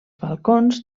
balcons